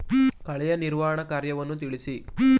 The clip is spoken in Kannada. ಕಳೆಯ ನಿರ್ವಹಣಾ ಕಾರ್ಯವನ್ನು ತಿಳಿಸಿ?